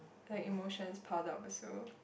like emotions pile up also